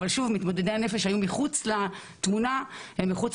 אבל שוב - מתמודדי הנפש היו מחוץ לתמונה ומחוץ